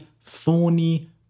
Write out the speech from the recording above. thorny